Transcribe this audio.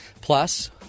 Plus